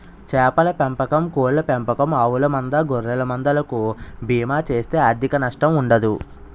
చేపల పెంపకం కోళ్ళ పెంపకం ఆవుల మంద గొర్రెల మంద లకు బీమా చేస్తే ఆర్ధిక నష్టం ఉండదు